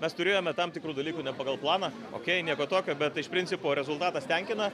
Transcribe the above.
mes turėjome tam tikrų dalykų pagal planą okei nieko tokio bet iš principo rezultatas tenkina